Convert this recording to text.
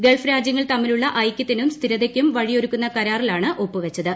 Gulf രാജ്യങ്ങൾ തമ്മിലുള്ള ഐക്യത്തിനും സ്ഥിരതയ്ക്കും വഴിയൊരുക്കുന്ന കരാറിലാണ് ഒപ്പു വച്ചത്